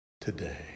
today